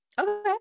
Okay